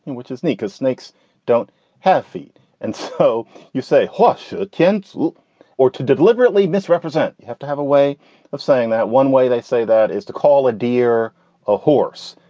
and which is niko's snakes don't have feet. and so you say hush, kintz, or to deliberately misrepresent. you have to have a way of saying that. one way they say that is to call a deer a horse.